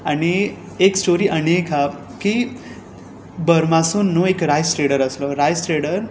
आनी एक स्टोरी आनी एक आसा की बर्मासून न्हय एक रायस ट्रेडर आसलो रायस स्ट्रेडर